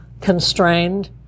constrained